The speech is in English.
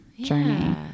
journey